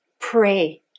pray